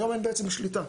היום אין בעצם שליטה.